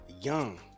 young